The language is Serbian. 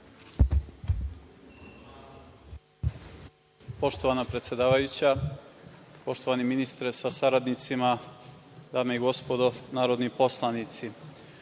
Poštovana predsedavajuća, poštovani ministre sa saradnicima, dame i gospodo narodni poslanici,